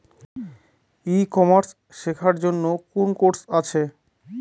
ই commerce শেক্ষার জন্য কোন কোর্স আছে?